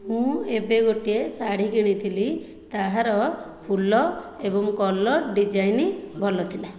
ମୁଁ ଏବେ ଗୋଟିଏ ଶାଢ଼ୀ କିଣିଥିଲି ତାହାର ଫୁଲ ଏବଂ କଲର ଡିଜାଇନ୍ ଭଲ ଥିଲା